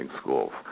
schools